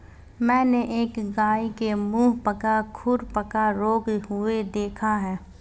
मैंने एक गाय के मुहपका खुरपका रोग हुए देखा था